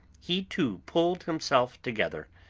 he too pulled himself together,